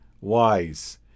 wise